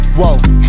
whoa